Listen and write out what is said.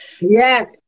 yes